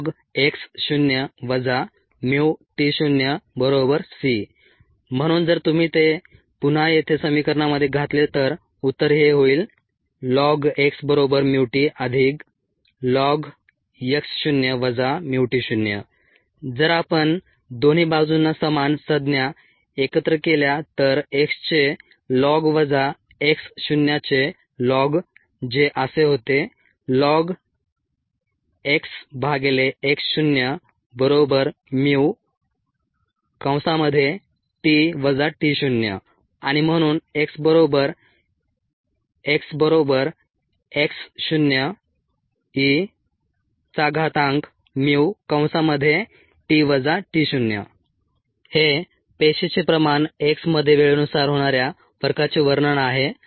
ln x0 μt0c म्हणून जर तुम्ही ते पुन्हा येथे समिकरणामध्ये घातले तर उत्तर हे होईल ln x μtln x0 μt0 जर आपण दोन्ही बाजूंना समान संज्ञा एकत्र केल्या तर x चे ln वजा x शून्याचे ln जे असे होते ln xx0μt t0 आणि म्हणून x बरोबर xx0eμt t0 हे पेशीचे प्रमाण x मध्ये वेळेनुसार होणाऱ्या फरकाचे वर्णन आहे